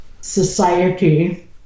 society